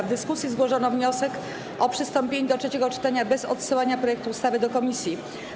W dyskusji złożono wniosek o przystąpienie do trzeciego czytania bez odsyłania projektu ustawy do komisji.